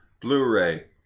Blu-ray